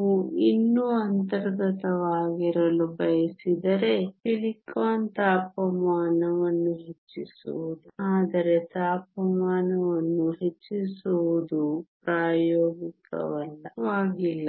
ನೀವು ಇನ್ನೂ ಅಂತರ್ಗತವಾಗಿರಲು ಬಯಸಿದರೆ ಸಿಲಿಕಾನ್ ತಾಪಮಾನವನ್ನು ಹೆಚ್ಚಿಸುವುದು ಆದರೆ ತಾಪಮಾನವನ್ನು ಹೆಚ್ಚಿಸುವುದು ಪ್ರಾಯೋಗಿಕವಾಗಿಲ್ಲ